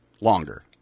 longer